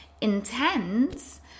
intense